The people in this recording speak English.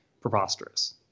preposterous